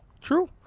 True